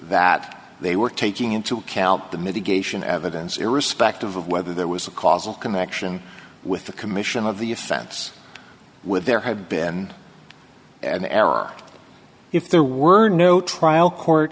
that they were taking into account the mitigation evidence irrespective of whether there was a causal connection with the commission of the offense with there had been an error if there were no trial court